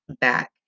back